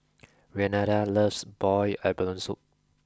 Renada loves boiled Abalone soup